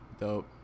dope